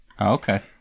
Okay